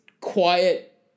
quiet